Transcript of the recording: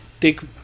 take